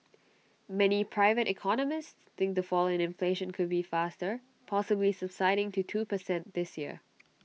many private economists think the fall in inflation could be faster possibly subsiding to two per cent this year